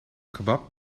kebab